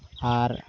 ᱟᱨ